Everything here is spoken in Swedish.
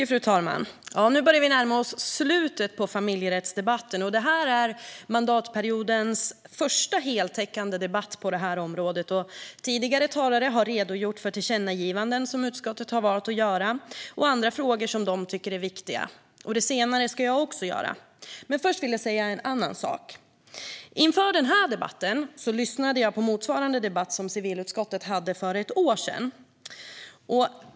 Fru talman! Nu börjar vi närma oss slutet av familjerättsdebatten. Det här är mandatperiodens första heltäckande debatt på området. Tidigare talare har redogjort för tillkännagivanden som utskottet har valt att föreslå och för andra frågor som de tycker är viktiga. Det senare ska också jag göra. Men först vill jag säga en annan sak. Inför denna debatt lyssnade jag på motsvarande debatt som civilutskottet hade för ett år sedan.